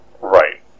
Right